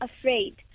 afraid